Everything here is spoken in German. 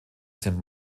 sind